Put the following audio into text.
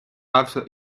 after